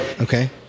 Okay